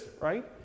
right